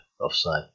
offside